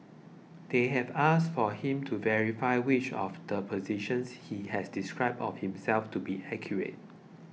they have asked for him to verify which of the positions he has described of himself to be accurate